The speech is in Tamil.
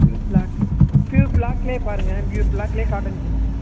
பியூர் ப்ளாக் பியூர் ப்ளாக்லேயே பாருங்கள் பியூர் ப்ளாக்லேயே காட்டன் ஜீன்ஸ்